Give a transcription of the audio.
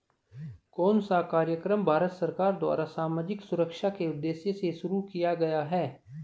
कौन सा कार्यक्रम भारत सरकार द्वारा सामाजिक सुरक्षा के उद्देश्य से शुरू किया गया है?